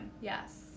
yes